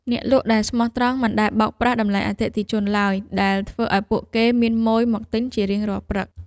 អ្នកលក់ដែលស្មោះត្រង់មិនដែលបោកប្រាស់តម្លៃអតិថិជនឡើយដែលធ្វើឱ្យពួកគេមានម៉ូយមកទិញជារៀងរាល់ព្រឹក។